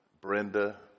Brenda